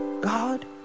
God